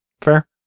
Fair